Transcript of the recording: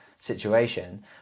situation